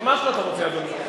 מה שאתה רוצה, אדוני.